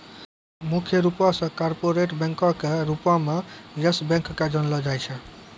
मुख्य रूपो से कार्पोरेट बैंको के रूपो मे यस बैंक के जानलो जाय छै